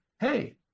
Hey